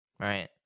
Right